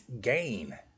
gain